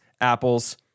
apples